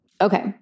Okay